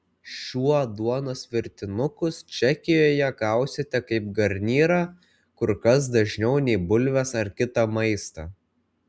šiuo duonos virtinukus čekijoje gausite kaip garnyrą kur kas dažniau nei bulves ar kitą maistą